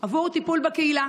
עבור טיפול בקהילה.